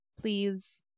please